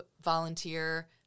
volunteer